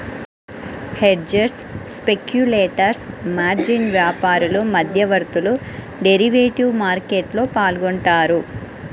hedgers, speculators, margin వ్యాపారులు, మధ్యవర్తులు derivative మార్కెట్లో పాల్గొంటారు